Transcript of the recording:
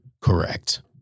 correct